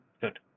Good